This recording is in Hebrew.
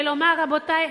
ולומר: רבותי,